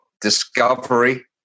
discovery